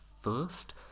first